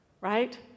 right